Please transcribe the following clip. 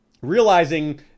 realizing